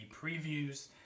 previews